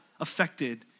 affected